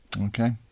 Okay